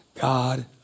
God